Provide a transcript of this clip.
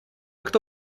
кто